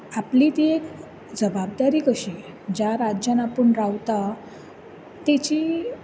आपली ती एक जवाबदारी कशी ज्या राज्यान आपूण रावता तेची